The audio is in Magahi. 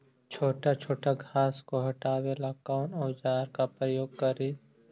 छोटा छोटा घास को हटाबे ला कौन औजार के प्रयोग करि?